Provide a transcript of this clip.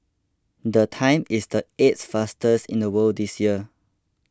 the time is the eighth fastest in the world this year